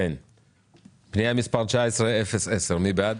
מי בעד פנייה מס' 19-010, מי נגד?